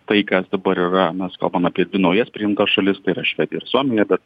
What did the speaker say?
tai kas dabar yra mes kalbam apie dvi naujas priimtas šalis tai yra švedija ir suomija bet